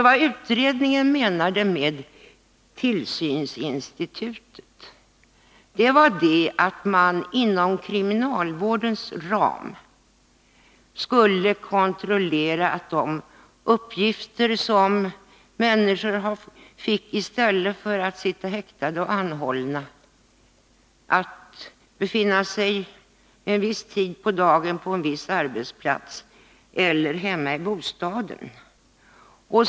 Vad utredningen menade med tillsynsinstitutet var att man inom kriminalvårdens ram skulle kontrollera de uppgifter som människor fick i stället för att sitta häktade och anhållna, såsom att vid en viss tid på dagen befinna sig på en viss arbetsplats eller hemma i bostaden.